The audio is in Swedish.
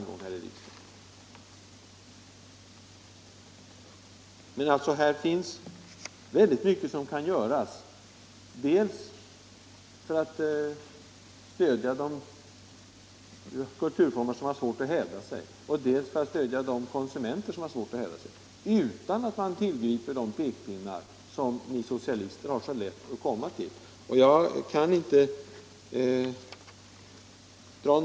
Mycket kan göras dels för att stödja de kulturformer som har svårt att hävda sig, dels för att stödja de konsumenter som har svårt att hävda sig, utan att tillgripa de pekpinnar som ni socialister har så lätt att komma med.